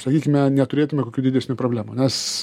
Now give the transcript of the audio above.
sakykime neturėtume kokių didesnių problemų nes